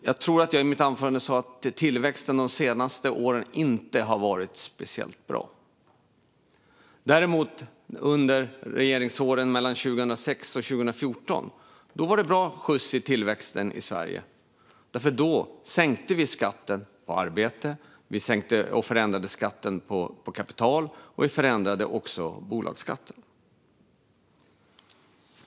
Jag tror att jag i mitt anförande sa att tillväxten de senaste åren inte har varit speciellt bra. Under regeringsåren 2006-2014 var det däremot bra skjuts i tillväxten i Sverige, för då sänkte vi skatten på arbete och förändrade skatten på kapital och även bolagsskatten.